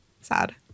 sad